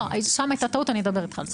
שם הייתה טעות, אני אדבר איתך על זה.